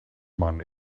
man